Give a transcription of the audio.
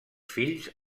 fills